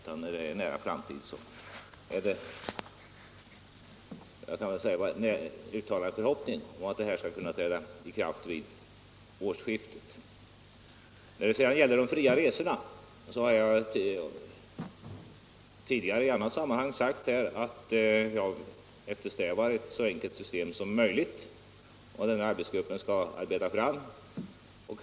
Min förhoppning är att nya bestämmelser skall kunna träda i kraft vid årsskiftet. När det sedan gäller de fria resorna har jag tidigare i annat sammanhang förklarat att jag eftersträvar ett så enkelt system som möjligt. Arbetsgruppen skall arbeta fram ett sådant.